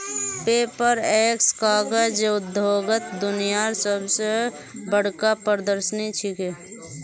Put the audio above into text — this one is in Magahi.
पेपरएक्स कागज उद्योगत दुनियार सब स बढ़का प्रदर्शनी छिके